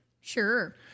Sure